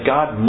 God